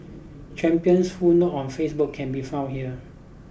champion's full note on Facebook can be found here